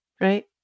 right